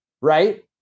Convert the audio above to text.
right